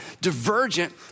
divergent